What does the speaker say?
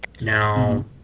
Now